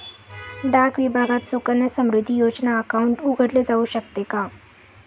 डाक विभागात सुकन्या समृद्धी योजना अकाउंट उघडले जाऊ शकते का?